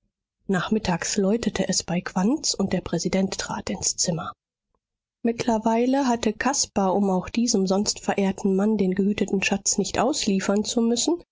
nachmittags läutete es bei quandts und der präsident trat ins zimmer mittlerweile hatte caspar um auch diesem sonst verehrten mann den gehüteten schatz nicht ausliefern zu müssen